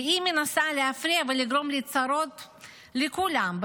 והיא מנסה להפריע ולגרום לצרות לכולם,